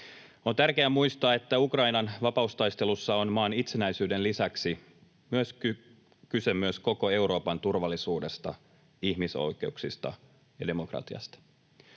On tärkeää muistaa, että Ukrainan vapaustaistelussa on maan itsenäisyyden lisäksi kyse myös koko Euroopan turvallisuudesta, ihmisoikeuksista ja demokratiasta.